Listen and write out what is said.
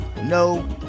no